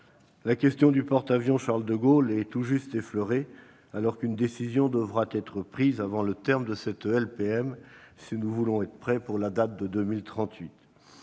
La question du porte-avions est tout juste effleurée, alors qu'une décision devra être prise avant le terme de cette LPM si nous voulons être prêts pour la date de 2038.